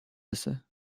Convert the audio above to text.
رسه